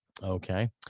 Okay